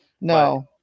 No